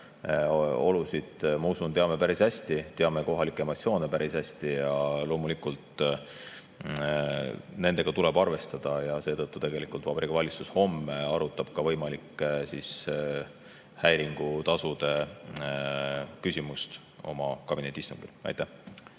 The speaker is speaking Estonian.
olusid, ma usun, me teame päris hästi, teame kohalike emotsioone päris hästi ja loomulikult nendega tuleb arvestada ning seetõttu tegelikult Vabariigi Valitsus homme arutab võimalike häiringutasude küsimust oma kabinetiistungil. Aitäh!